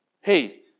Hey